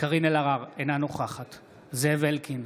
קארין אלהרר, אינה נוכחת זאב אלקין,